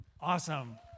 Awesome